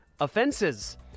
offenses